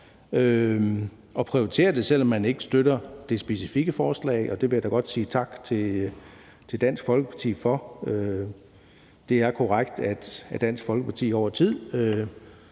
og prioriterer det, selv om man ikke støtter det specifikke forslag, og det vil jeg da godt sige tak til Dansk Folkeparti for. Det er korrekt, at Dansk Folkeparti over tid